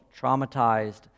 traumatized